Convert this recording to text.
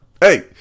Hey